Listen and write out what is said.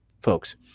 folks